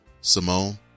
Simone